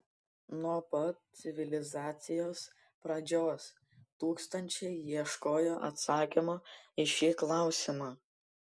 nuo pat civilizacijos pradžios tūkstančiai ieškojo atsakymo į šį klausimą